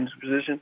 position